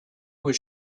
was